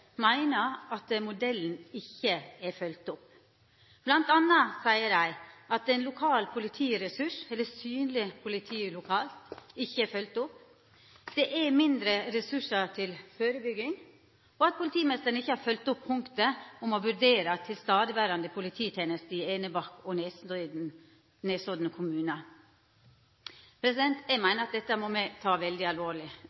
meiner at denne modellen ikkje er følgd opp. Blant anna seier dei at lokal politiressurs/synleg politi lokalt ikkje er følgd opp. Det er mindre ressursar til førebygging, og politimeisteren har ikkje følgt opp punktet om å vurdera ei polititeneste i Enebakk og på Nesodden kommunar, som er til stades. Eg